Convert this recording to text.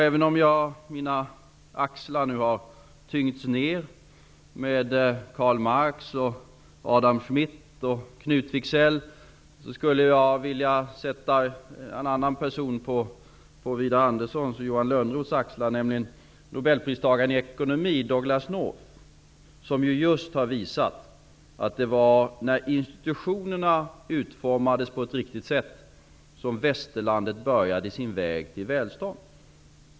Även om mina axlar nu har tyngts ned med Karl Marx, Adam Smith och Knut Wicksell, skulle jag vilja sätta en annan person på North, som just har visat att det var när institutionerna utformades på ett riktigt sätt som västerlandet började sin väg till välstånd.